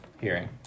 hearing